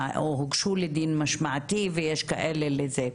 שהוגשו לדין משמעתי, ויש כאלה לזה.